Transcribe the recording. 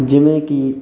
ਜਿਵੇਂ ਕਿ